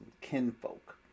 kinfolk